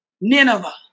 Nineveh